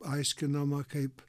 aiškinama kaip